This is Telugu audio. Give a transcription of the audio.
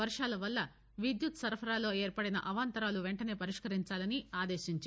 వర్వాల వల్ల విద్యుత్ సరఫరాలో ఏర్పడిన అవాంతరాలను వెంటనే పరిష్కరించాలని ఆదేశించారు